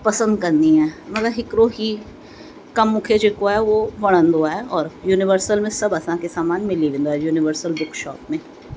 पसंदि कंदी आहियां मगरि हिकिड़ो हीउ कमु मूंखे जेको आहे उहो वणंदो आहे औरि यूनिवर्सल में सभु असांखे सामान मिली वेंदो आहे यूनिवर्सल बुकशॉप में